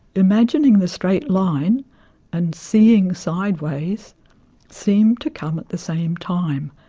imagining the straight line and seeing sideways seemed to come at the same time,